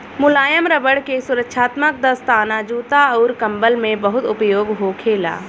मुलायम रबड़ के सुरक्षात्मक दस्ताना, जूता अउर कंबल में बहुत उपयोग होखेला